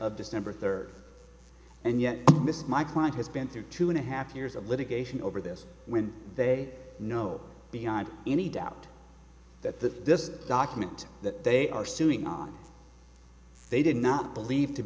of december third and yet my client has been through two and a half years of litigation over this when they know beyond any doubt that the this document that they are suing on they did not believe to